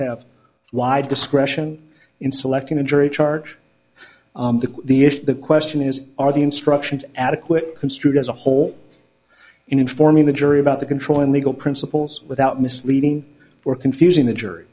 have wide discretion in selecting a jury charge the if the question is are the instructions adequate construed as a whole in informing the jury about the controlling legal principles without misleading or confusing the jury